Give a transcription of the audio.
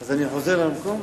אז אני חוזר למקום?